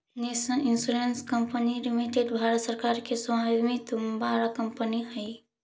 national Insurance Company Limited Bharat सरकार के स्वामित्व वाला कंपनी हई